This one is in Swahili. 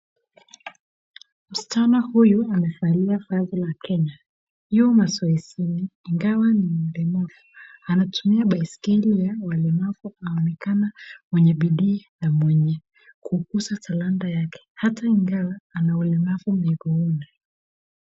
Msichana huyu amevalia vazi la kenya, yu mazoezini ingawa ni mlemavu, anatumia baisikeli ya walemavu anaonekana mwenye bidii na mwenye kukuza talanta yake hata ingawa ana walemavu miguuni.